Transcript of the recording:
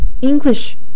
english